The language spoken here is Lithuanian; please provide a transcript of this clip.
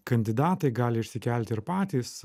kandidatai gali išsikelti ir patys